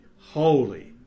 holy